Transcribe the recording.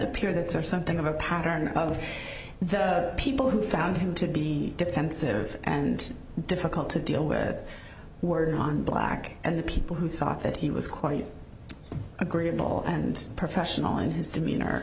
appear that there is something of a pattern of the people who found him to be defensive and difficult to deal with border on black and the people who thought that he was quite agreeable and professional in his demeanor